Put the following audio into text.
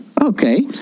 Okay